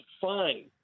Fine